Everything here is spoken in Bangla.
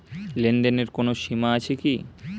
লেনদেনের কোনো সীমা আছে কি?